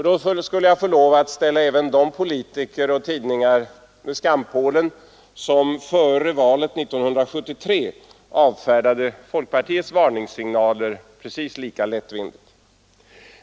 Då skulle jag få lov att ställa även de politiker och tidningar vid skampålen som före valet 1973 avfärdade folkpartiets varningssignaler precis lika lättvindigt.